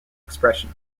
expression